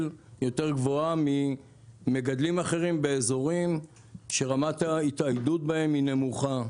יותר גבוהה ממגדלים אחרים באזורים שרמת ההתאיידות בהם היא נמוכה.